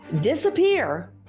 disappear